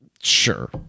Sure